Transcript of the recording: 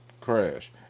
crash